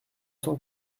cent